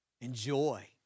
enjoy